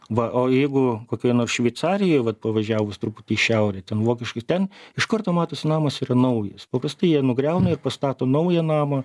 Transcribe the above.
va o jeigu kokioj nors šveicarijoj vat pavažiavus truputį į šiaurę ten vokiškai ten iš karto matosi namas yra naujas paprastai jie nugriauna ir pastato naują namą